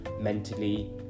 mentally